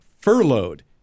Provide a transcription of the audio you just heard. furloughed